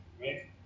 right